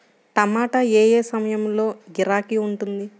టమాటా ఏ ఏ సమయంలో గిరాకీ ఉంటుంది?